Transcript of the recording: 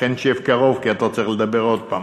לכן שב קרוב, כי אתה צריך לדבר עוד פעם.